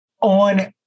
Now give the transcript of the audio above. on